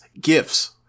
Gifts